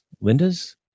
Linda's